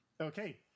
Okay